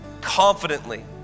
confidently